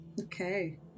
Okay